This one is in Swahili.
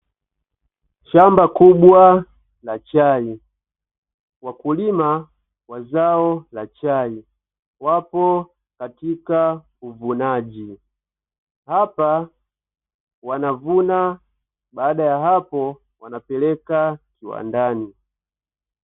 Shamba kubwa la chai, wakulima wa zao la chai wapo katika uvunaji; hapa wanavuna baada ya hapo wanapeleka viwandani.